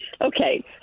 Okay